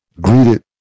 greeted